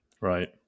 Right